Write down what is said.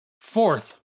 Fourth